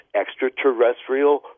extraterrestrial